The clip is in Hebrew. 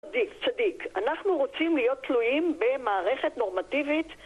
צדיק, צדיק, אנחנו רוצים להיות תלויים במערכת נורמטיבית